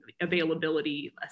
availability